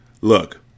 Look